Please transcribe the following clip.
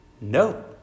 No